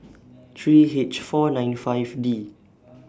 three H four nine five D